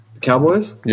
Cowboys